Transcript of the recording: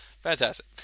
Fantastic